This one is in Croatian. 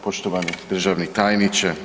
Poštovani državni tajniče.